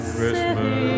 Christmas